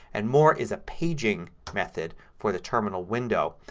and more is a paging method for the terminal window.